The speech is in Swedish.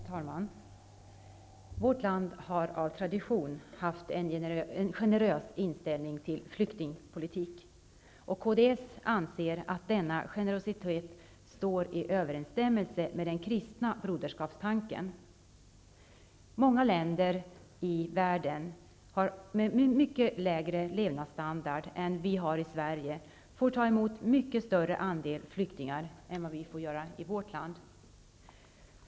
Herr talman! Vårt land har av tradition haft en generös inställning till flyktingpolitiken. Vi i kds anser att denna generositet står i överensstämmelse med den kristna broderskapstanken. I många länder i världen är levnadsstandarden mycket lägre än den är i Sverige. Ändå får man ta emot en mycket större andel flyktingar än vad vi i vårt land får göra.